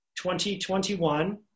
2021